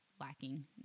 lacking